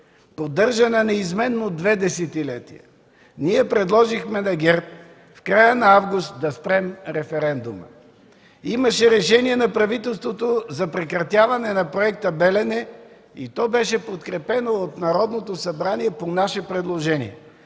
поддържана неизменно две десетилетия, ние предложихме на ГЕРБ в края на месец август да спрем референдума. Имаше решение на правителството за прекратяване на Проекта „Белене” и то беше подкрепено от Народното събрание по наше предложение.